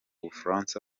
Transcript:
bufaransa